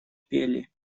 пели